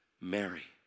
Mary